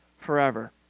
forever